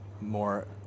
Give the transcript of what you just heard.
more